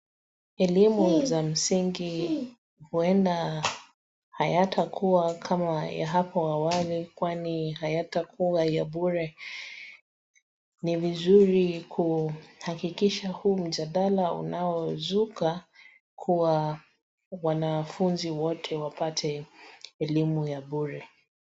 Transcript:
Elimu za msingi huenda haitakuwa kama ya hapo awali kwani haitakuwa ya bure. Ni vizuri kuhakikisha huu mjadala unaozuka kuwa wanafunzi wote wapate elimu ya bure.